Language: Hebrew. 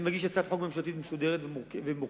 אני אגיש הצעת חוק ממשלתית מסודרת, אומנם מורכבת,